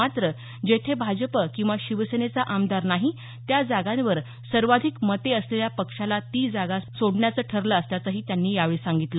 मात्र जेथे भाजप किंवा शिवसेनेचा आमदार नाही त्या जागांवर सर्वाधिक मते असलेल्या पक्षाला ती जागा सोडण्याचं ठरलं असल्याचंही त्यांनी यावेळी सांगितलं